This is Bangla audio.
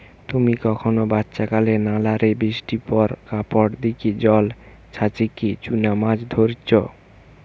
তুমি কখনো বাচ্চাকালে নালা রে বৃষ্টির পর কাপড় দিকি জল ছাচিকি চুনা মাছ ধরিচ?